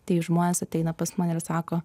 tai žmonės ateina pas mane ir sako